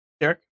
Derek